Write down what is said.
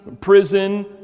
prison